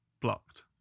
blocked